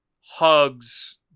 hugs